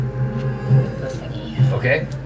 Okay